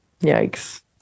yikes